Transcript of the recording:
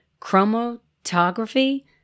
chromatography